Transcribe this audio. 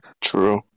True